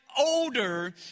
older